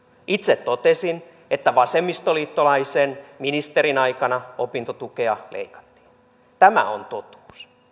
itse totesin että vasemmistoliittolaisen ministerin aikana opintotukea leikattiin tämä on totuus